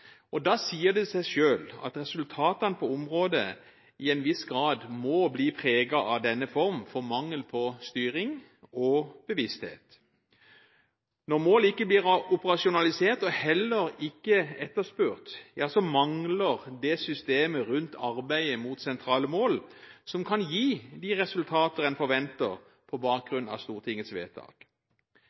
Da sier det seg selv at resultatene på området i en viss grad må bli preget av denne formen for mangel på styring og bevissthet. Når målet ikke blir operasjonalisert og heller ikke etterspurt, mangler det systemet rundt arbeidet mot sentrale mål som kan gi de resultater en forventer på bakgrunn av Stortingets vedtak.